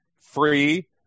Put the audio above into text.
free